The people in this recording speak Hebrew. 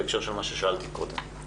בהקשר למה ששאלתי קודם.